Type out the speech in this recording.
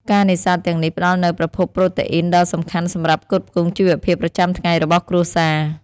ការនេសាទទាំងនេះផ្តល់នូវប្រភពប្រូតេអ៊ីនដ៏សំខាន់សម្រាប់ផ្គត់ផ្គង់ជីវភាពប្រចាំថ្ងៃរបស់គ្រួសារ។